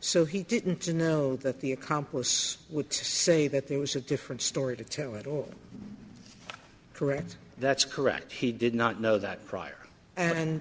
so he didn't know that the accomplice would say that there was a different story to tell at all correct that's correct he did not know that prior and